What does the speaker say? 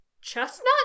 chestnut